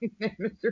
Mr